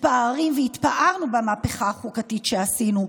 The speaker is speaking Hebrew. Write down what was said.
מתפארים והתפארנו במהפכה החוקתית שעשינו,